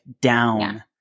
down